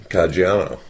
Caggiano